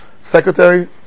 secretary